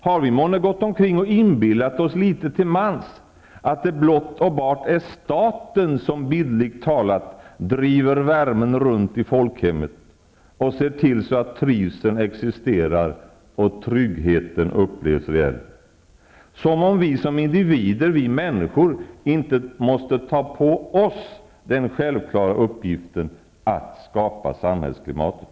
Har vi månne litet till mans gått omkring och inbillat oss att det blott och bart är staten som bildligt talat driver värmen runt i folkhemmet och ser till att trivseln existerar och tryggheten upplevs väl? Som om vi som individer, som människor, inte måste ta på oss den självklara uppgiften att skapa samhällsklimatet!